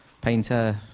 painter